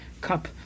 cup